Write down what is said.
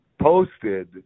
posted